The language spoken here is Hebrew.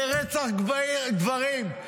לרצח גברים,